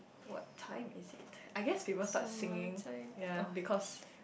what time is it I guess people start singing ya because